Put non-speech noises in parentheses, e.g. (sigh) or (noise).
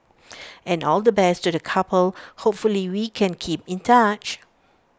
(noise) and all the best to the couple hopefully we can keep in touch